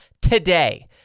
today